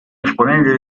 esponente